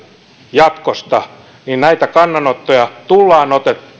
jatkosta näitä kannanottoja tullaan